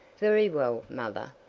very well, mother.